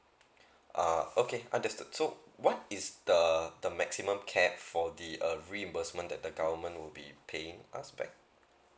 uh okay understood so what is the the maximum cap for the uh reimbursement that the government would be paying us back